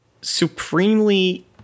supremely